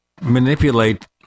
manipulate